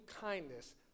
kindness